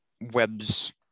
webs